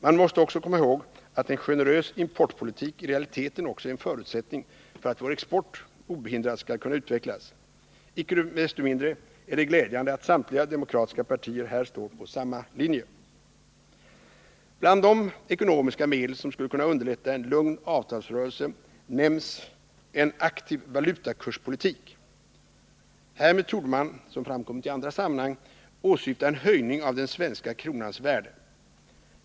Man måste också komma ihåg att en generös importpolitik i realiteten också är en förutsättning för att vår export obehindrat skall kunna utvecklas. Icke desto mindre är det glädjande att samtliga demokratiska partier här står på samma linje. Bland de ekonomiska medel som skulle kunna underlätta en lugn avtalsrörelse nämns ”en aktiv valutakurspolitik”. Härmed torde man — som framkommit i andra sammanhang — åsyfta en höjning av den svenska kronans värde.